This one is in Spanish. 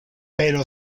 pero